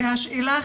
והשאלה,